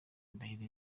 indahiro